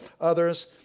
others